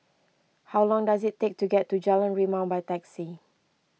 how long does it take to get to Jalan Rimau by taxi